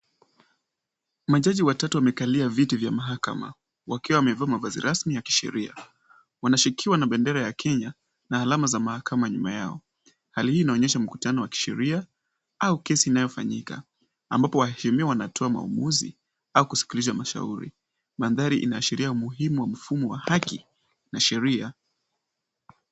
Majaji watatu wamekalia viti vya mahakama, wakiwa wamevaa mavazi rasmi ya kisheria. Wanashekiwa na bendera ya Kenya na alama za mahakama nyuma yao. Hali hii inaonyesha mkutano wa kisheria au kesi inayofanyika, ambapo waheshimiwa wanatoa maamuzi au kusikilizwa mashauri. Mandhari inaashiria umuhimu wa mfumo wa haki na sheria.